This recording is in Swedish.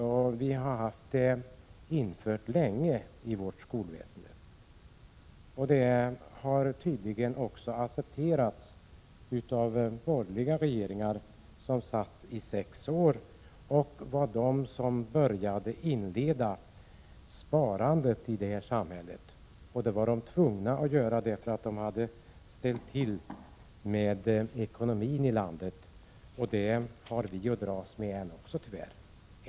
Det har länge varit så i vårt skolväsende, och det accepterades tydligen också av de borgerliga regeringarna under sex år. Det var de som inledde sparandet i det här samhället, och de var tvungna att göra så som de hade ställt till det i ekonomin i landet — det har vi tyvärr att dras med än.